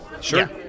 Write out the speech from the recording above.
Sure